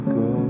go